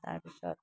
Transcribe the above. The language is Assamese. তাৰপিছত